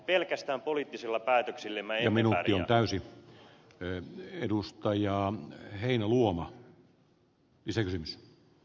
pelkästään poliittisilla päätöksillä me emme pärjää